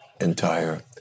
entire